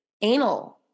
anal